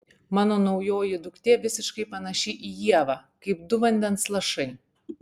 mano naujoji duktė visiškai panaši į ievą kaip du vandens lašai